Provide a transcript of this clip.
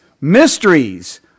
mysteries